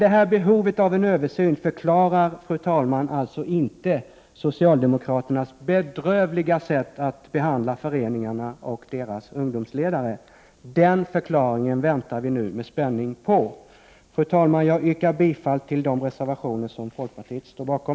Det här behovet av en översyn förklarar emellertid inte socialdemokraternas bedrövliga sätt att behandla föreningarna och deras ungdomsledare. Den förklaringen väntar vi nu med spänning på! Fru talman! Jag yrkar bifall till de reservationer som folkpartiet står bakom.